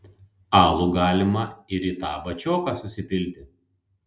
alų galima ir į tą bačioką susipilti